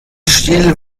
stil